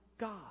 God